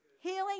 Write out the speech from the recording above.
Healing